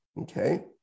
okay